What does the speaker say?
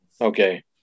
okay